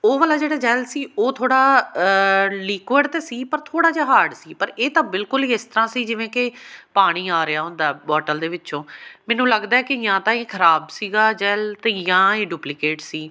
ਉਹ ਵਾਲਾ ਜਿਹੜਾ ਜੈੱਲ ਸੀ ਉਹ ਥੋੜ੍ਹਾ ਲਿਕੁਅਡ ਤਾਂ ਸੀ ਪਰ ਥੋੜ੍ਹਾ ਜਿਹਾ ਹਾਰਡ ਸੀ ਪਰ ਇਹ ਤਾਂ ਬਿਲਕੁਲ ਹੈ ਇਸ ਤਰ੍ਹਾਂ ਸੀ ਜਿਵੇਂ ਕਿ ਪਾਣੀ ਆ ਰਿਹਾ ਹੁੰਦਾ ਬੋਟਲ ਦੇ ਵਿੱਚੋਂ ਮੈਨੂੰ ਲੱਗਦਾ ਕਿ ਜਾਂ ਤਾਂ ਇਹ ਖ਼ਰਾਬ ਸੀਗਾ ਜੈੱਲ ਅਤੇ ਜਾਂ ਇਹ ਡੁਪਲੀਕੇਟ ਸੀ